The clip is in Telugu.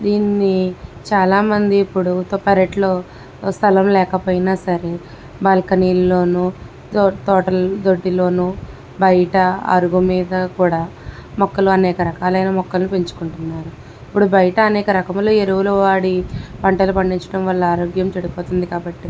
దీన్ని చాలా మంది ఇప్పుడు పెరట్లో స్థలం లేకపోయినా సరే బాల్కనీలోను తోటల దొడ్డిలోనో బయట అరుగు మీద కూడా మొక్కలు అనేకరకాలైన మొక్కలు పెంచుకుంటున్నారు ఇప్పుడు బయట అనేక రకములు ఎరువులు వాడి పంటలు పండించడం వల్ల ఆరోగ్యం చెడిపోతుంది కాబట్టి